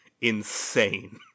insane